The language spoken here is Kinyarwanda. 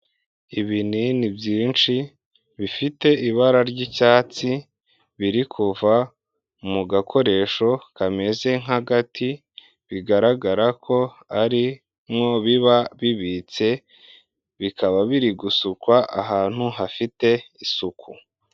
Ibinini byinshi bifite ibara ry'icyatsi biri kuva mu gakoresho kameze nk'agati, bigaragara ko arimo biba bibitse, bikaba biri gusukwa ahantu hafite isuku.